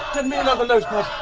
another notepad!